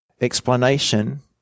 explanation